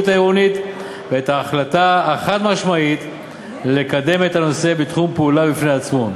העירונית ואת ההחלטה החד-משמעית לקדם את הנושא כתחום פעולה בפני עצמו.